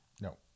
no